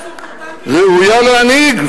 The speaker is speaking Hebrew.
זה וה"סופר-טנקר" ראויה להנהיג,